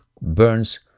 burns